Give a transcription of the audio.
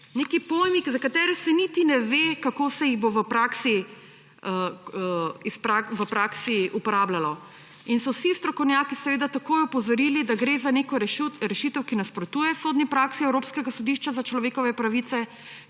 Neki pojmi, za katere se niti ne ve, kako se jih bo v praksi uporabljalo. Vsi strokovnjaki so seveda takoj opozorili, da gre za neko rešitev, ki nasprotuje sodni praksi Evropskega sodišča za človekove pravice,